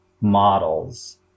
models